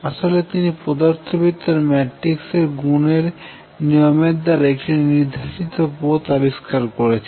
আসলে তিনি পদার্থবিদ্যার ম্যাট্রিক্স গুণের নিয়মের দ্বারা একটি নির্ধারিত পথ আবিষ্কার করেছেন